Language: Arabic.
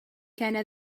كان